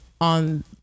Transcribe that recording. on